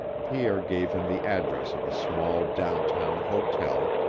pierre gave him the address of a small, downtown hotel,